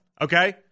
okay